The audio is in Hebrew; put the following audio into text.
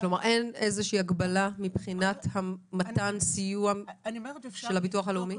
כלומר אין הגבלה מבחינת מתן הסיוע של הביטוח הלאומי?